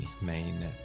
main